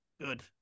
good